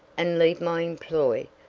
and leave my employ,